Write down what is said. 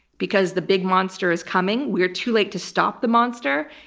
because the big monster is coming. we are too late to stop the monster.